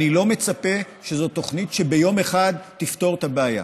אני לא מצפה שזו תוכנית שביום אחד תפתור את הבעיה,